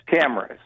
cameras